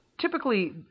typically